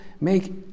make